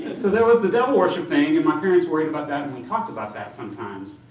so there was the devil worship thing and my parents worried about that and we talked about that sometimes.